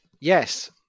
Yes